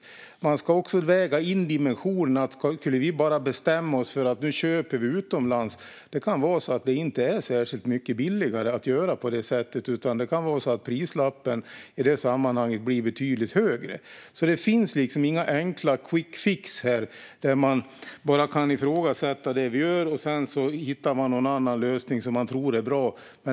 Skulle vi bara bestämma oss för att nu köper vi utomlands kan det vara så att det inte är särskilt mycket billigare utan att prislappen i det sammanhanget blir betydligt högre. Det finns liksom ingen enkel quickfix där man bara kan ifrågasätta det vi gör och sedan hitta någon annan lösning som man tror är bra.